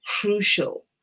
crucial